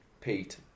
Pete